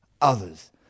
others